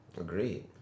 Agreed